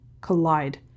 collide